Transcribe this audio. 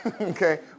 Okay